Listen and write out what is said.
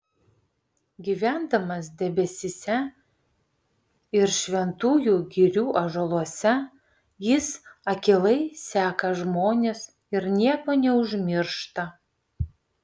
gyvendamas debesyse ir šventųjų girių ąžuoluose jis akylai seka žmones ir nieko neužmiršta